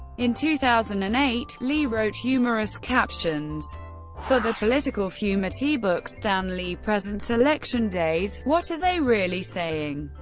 in two thousand and eight, lee wrote humorous captions for the political fumetti book stan lee presents election daze what are they really saying.